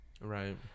right